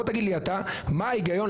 בוא תגיד לי אתה מה ההיגיון,